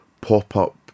pop-up